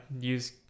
use